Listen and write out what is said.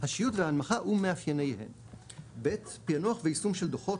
השיוט וההנמכה ומאפייניהן; פיענוח ויישום של דוחות,